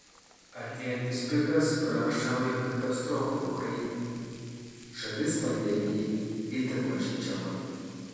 artėjantis pikas pranašauja katastrofą ukrainoje šalis pandemijai itin pažeidžiama